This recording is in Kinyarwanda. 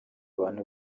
bantu